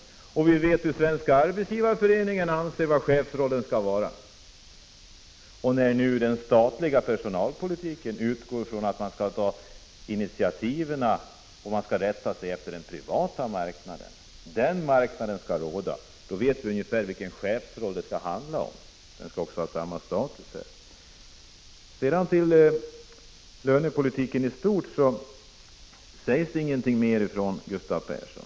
Vi vet hur Svenska arbetsgivareföreningen anser att chefsrollen skall vara, och när nu den statliga personalpolitiken utgår ifrån att man skall rätta sig efter den privata marknaden, vet vi ungefär vilken chefsroll det skall handla om — chefen skall ha samma status som inom det privata näringslivet. I fråga om lönepolitiken i stort sade Gustav Persson ingenting mer.